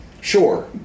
Sure